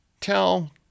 tell